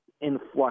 influx